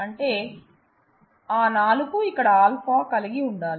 అంటే ఆ నాలుగు నాలుగు ఇక్కడ α కలిగి ఉండాలి